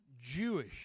Jewish